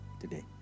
today